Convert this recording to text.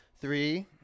Three